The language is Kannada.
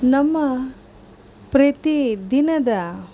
ನಮ್ಮ ಪ್ರತಿ ದಿನದ